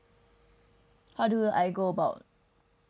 how do I go about